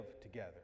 together